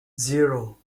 zero